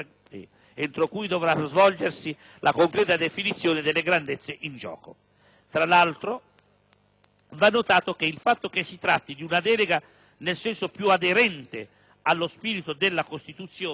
entro cui dovrà svolgersi la concreta definizione delle grandezze in gioco. Tra l'altro, va notato che il fatto che si tratti di una delega nel senso più aderente allo spirito della Costituzione,